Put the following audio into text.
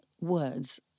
words